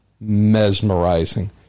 mesmerizing